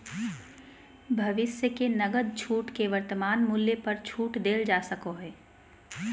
भविष्य के नकद छूट के वर्तमान मूल्य पर छूट देल जा सको हइ